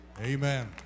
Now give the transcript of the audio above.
Amen